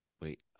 Wait